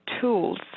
tools